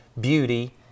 beauty